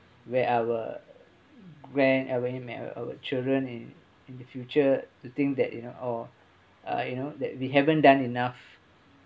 where our where are we may our children in in the future to think that you know or uh you know that we haven't done enough